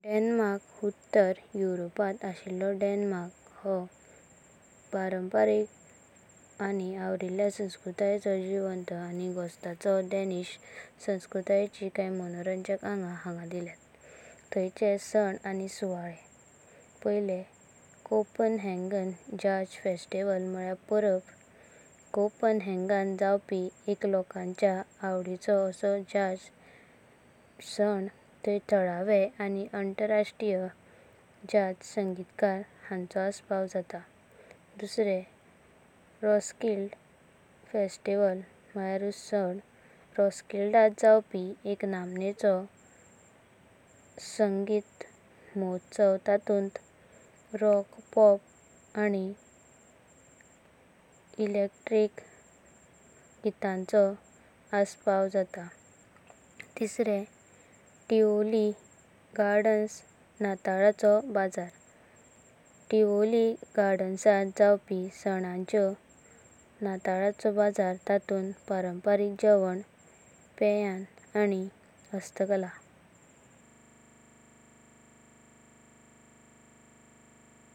दाब्यांतली टोमाटाची चटणी योग्य रीतीनां संथोवनां दावरालयारां तुलेणा चड् कळां सुरक्षीतापणां सांथोवंका मेलातां। हांगा कन्या मार्गदर्शक तत्व दिल्यांतां। उक्ते नाशिले डाबे। सारुत्तम दर्जो उत्पादना तारखें सावना बारां ते अठारां म्हायणे सादारणापणानां डाब्याचेरां छापूनां। खावपाका कन्या जायना तायर केले तारखें सावना दोन ते पांच वर्सां। जो मेरेंना डाबाकीं इबादनासां तनां उरतां आनी थांड, सुक्या सुवेतारां संथोवनां दावरातां। उगडलेले डाबे फ्रिजांत:तिन ते पांच दिस दावरतातां। महत्वाचीं कण्या बलयाकिचो टिप्पो। डब्याची तपासणी कराचीं खवांपाचां पायलि डाब्यांत लुकांसां। गंजा व सुजा येवापाचीं लक्षणा दीसंना येता वा न हाची तपासणी कराचीं। जारा तुमका हांचे चिन्हा दिसातां झालेयारां डबाकीं उड़वाची।